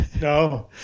No